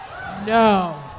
No